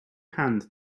hand